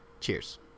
Cheers